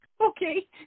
Okay